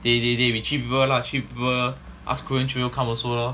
dey dey dey 你去 bruh lah 去 bruh lah ask carene choo come also lor